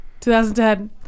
2010